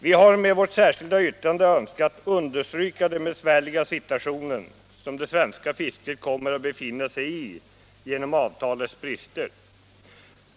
Vi har med vårt särskilda yttrande önskat understryka den besvärliga situation som det svenska fisket kommer att befinna sig i genom avtalets brister.